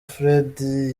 freddy